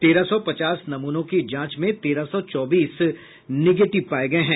तेरह सौ पचास नमूनों की जांच में तेरह सौ चौबीस निगेटिव पाये गये हैं